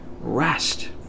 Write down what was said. rest